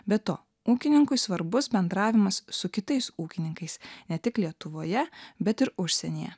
be to ūkininkui svarbus bendravimas su kitais ūkininkais ne tik lietuvoje bet ir užsienyje